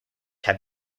have